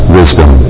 wisdom